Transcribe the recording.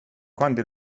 quando